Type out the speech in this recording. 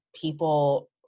people